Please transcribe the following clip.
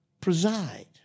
preside